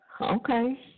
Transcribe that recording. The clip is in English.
Okay